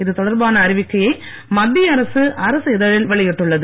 இது தொடர்பான அறிவிக்கையை மத்திய அரசு அரசிதழில் வெளியிட்டுள்ளது